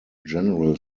general